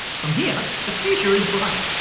from here, the future is bright.